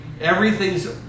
Everything's